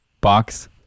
box